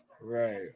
Right